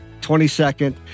22nd